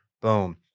Boom